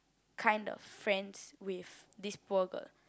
kind of friends with this poor girl